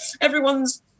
everyone's